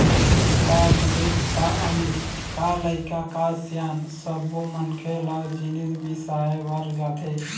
का गरीब का अमीर, का लइका का सियान सब्बो मनखे ल जिनिस बिसाए बर जाथे